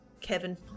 Kevin